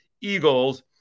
Eagles